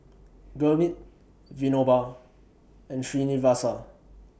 Gurmeet Vinoba and Srinivasa